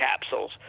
capsules